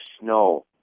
snow